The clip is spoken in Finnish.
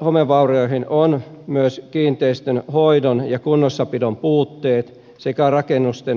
homevaurioihin ovat myös kiinteistönhoidon ja kunnossapidon puutteet sekä rakennusten vääränlainen käyttö